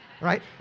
right